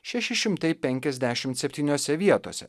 šeši šimtai penkiasdešimt septyniose vietose